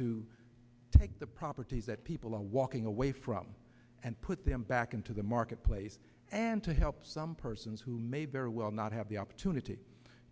to take the properties that people are walking away from and put them back into the marketplace and to help some persons who made their will not have the opportunity